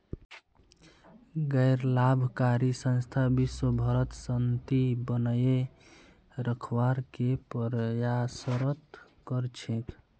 गैर लाभकारी संस्था विशव भरत शांति बनए रखवार के प्रयासरत कर छेक